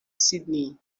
sydney